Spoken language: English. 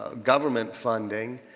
ah government funding.